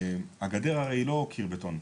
הגדר הרי היא לא קיר בטון.